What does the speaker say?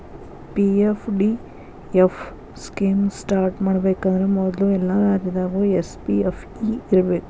PFDF scheme start ಮಾಡಬೇಕಂದ್ರ ಮೊದ್ಲು ಎಲ್ಲಾ ರಾಜ್ಯದಾಗು ಎಸ್.ಪಿ.ಎಫ್.ಇ ಇರ್ಬೇಕು